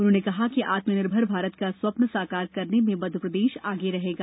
उन्होंने कहा कि आत्मनिर्भर भारत का स्वप्न साकार करने में मप्र आगे रहेगा